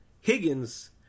Higgins